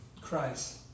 Christ